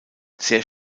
sehr